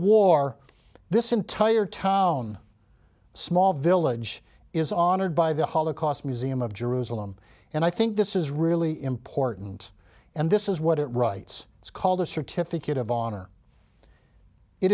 war this entire town small village is honored by the holocaust museum of jerusalem and i think this is really important and this is what it writes it's called a certificate of honor it